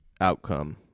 outcome